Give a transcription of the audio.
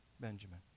Benjamin